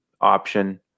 option